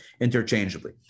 interchangeably